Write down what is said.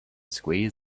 squeezed